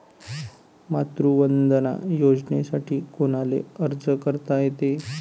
मातृवंदना योजनेसाठी कोनाले अर्ज करता येते?